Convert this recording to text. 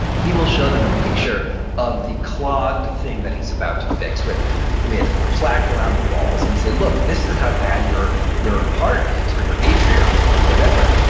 he will show them a picture of the clogged thing that he's about to fix, with with plaque around the walls and say, look, this is how bad your your heart is, or your atria, or or whatever.